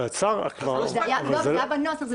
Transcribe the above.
זה היה בנוסח.